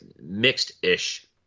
Mixed-ish